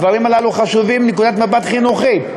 הדברים הללו חשובים מנקודת מבט חינוכית.